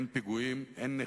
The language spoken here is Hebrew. אין פיגועים,